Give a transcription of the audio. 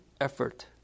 effort